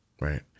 Right